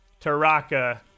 Taraka